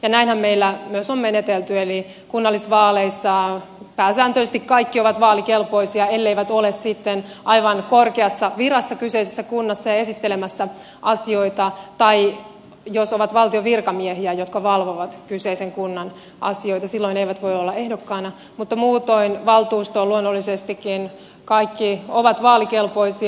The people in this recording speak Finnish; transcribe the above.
ja näinhän meillä myös on menetelty eli kunnallisvaaleissa pääsääntöisesti kaikki ovat vaalikelpoisia elleivät ole sitten aivan korkeassa virassa kyseisessä kunnassa ja esittelemässä asioita tai el leivät ole valtion virkamiehiä jotka valvovat kyseisen kunnan asioita silloin eivät voi olla ehdokkaana mutta muutoin valtuustoon luonnollisestikin kaikki ovat vaalikelpoisia